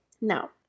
now